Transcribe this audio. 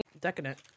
Decadent